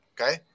Okay